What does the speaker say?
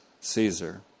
Caesar